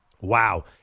Wow